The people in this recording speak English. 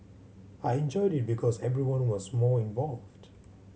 I enjoyed it because everyone was more involved